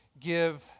give